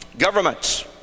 governments